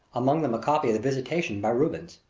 among them a copy of the visitation by rubens.